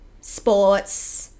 sports